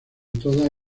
toda